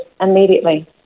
immediately